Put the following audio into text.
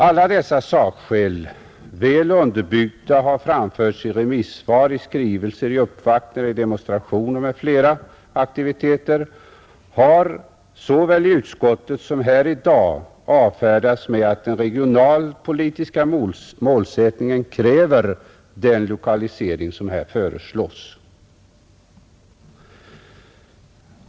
Alla dessa sakskäl, väl underbyggda, som har framförts i remissvar, i skrivelser, i uppvaktningar, i demonstrationer m.fl. aktiviteter, har såväl i utskottet som här i dag avfärdats med att den regionalpolitiska målsättningen kräver den lokalisering som föreslås.